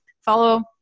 follow